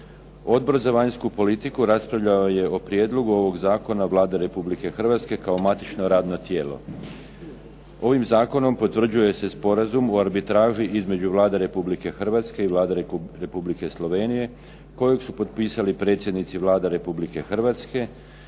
Odbor za vanjsku politiku raspravljao je o prijedlogu ovog zakona Vlade Republike Hrvatske kao matično radno tijelo. Ovim zakonom potvrđuje se Sporazum o arbitraži između Vlade Republike Hrvatske i Vlade Republike Slovenije koji su potpisali predsjednici Vlade Republike Hrvatske